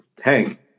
Hank